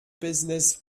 business